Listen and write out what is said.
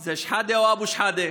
זה שחאדה או אבו שחאדה?